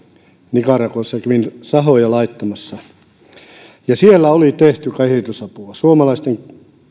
nicaraguassa kävin sahoja laittamassa siellä oli tehty kehitysapua suomalaisten